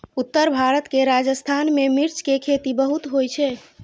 उत्तर भारत के राजस्थान मे मिर्च के खेती बहुत होइ छै